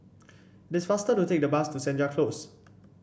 it is faster to take the bus to Senja Close